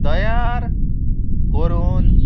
तयार करून